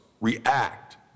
react